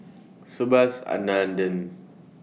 Subhas Anandan